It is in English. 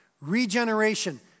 regeneration